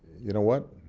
you know what?